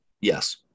Yes